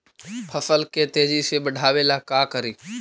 फसल के तेजी से बढ़ाबे ला का करि?